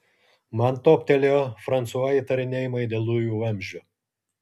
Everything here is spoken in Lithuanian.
man toptelėjo fransua įtarinėjimai dėl dujų vamzdžio